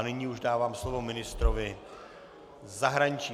Nyní už dávám slovo ministrovi zahraničí.